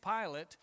Pilate